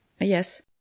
Yes